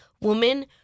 woman